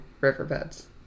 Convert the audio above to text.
riverbeds